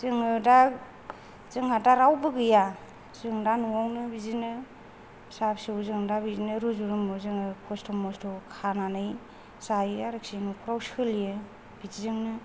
जोङो दा जोंहा दा रावबो गैया जों दा न'वावनो बिदिनो फिसा फिसौ जों दा बिदिनो रुजु रुमु जोङो खसथ मसथ' खानानै जायो आरोखि न'फ्राव सोलियो बिदिजोंनो